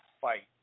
fight